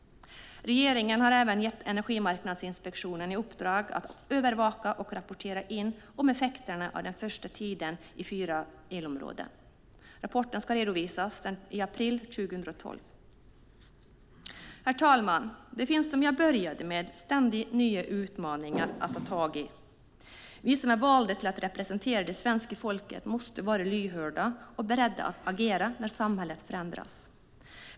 Regeringen har även gett Energimarknadsinspektionen i uppdrag att övervaka och rapportera in effekterna av den första tiden med fyra elområden. Rapporten ska redovisas i april 2012. Herr talman! Det finns, som jag började med att säga, ständigt nya utmaningar att ta tag i. Vi som är valda att representera det svenska folket måste vara lyhörda och beredda att agera när samhället förändras.